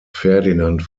ferdinand